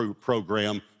program